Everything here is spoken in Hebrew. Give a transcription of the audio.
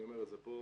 אני אומר את זה פה,